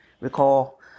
recall